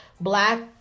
black